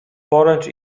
poręcz